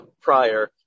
prior